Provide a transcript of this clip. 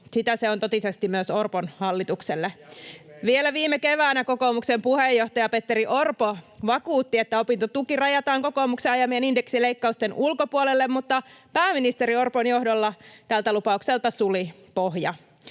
Sitä se on totisesti myös Orpon hallitukselle. [Ben Zyskowicz: Ja vihreille!] Vielä viime keväänä kokoomuksen puheenjohtaja Petteri Orpo vakuutti, että opintotuki rajataan kokoomuksen ajamien indeksileikkausten ulkopuolelle, mutta pääministeri Orpon johdolla tältä lupaukselta suli pohja.